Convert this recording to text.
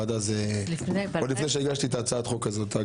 אגב, עוד לפני שהגשתי את הצעת החוק הזו.